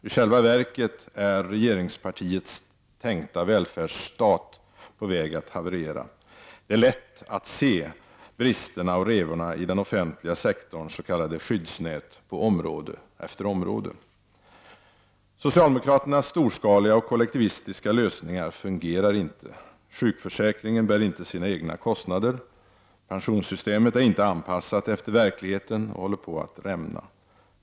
I själva verket är regeringspartiets tänkta välfärdsstat på väg att haverera. Det är lätt att se bristerna och revorna i den offentliga sektorns s.k. skyddsnät på område efter område. Socialdemokraternas storskaliga och kollektivistiska lösningar fungerar inte. Sjukförsäkringen bär inte sina egna kostnader. Pensionssystemet är inte anpassat efter verkligheten och håller på att rämna.